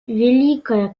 великая